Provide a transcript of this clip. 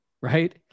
right